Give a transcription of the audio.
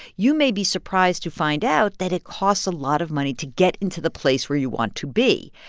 you may be surprised to find out that it costs a lot of money to get into the place where you want to be.